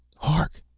hark!